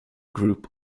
group